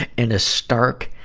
in a stark,